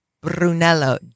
Brunello